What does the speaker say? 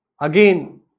Again